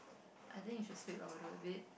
I think it should sweep overall a bit